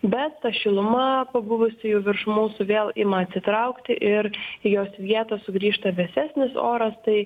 be ta šiluma buvusi jau virš mūsų vėl ima atsitraukti ir į jos vietą sugrįžta vėsesnis oras tai